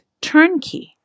turnkey